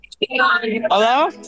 Hello